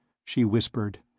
she whispered.